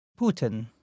Putin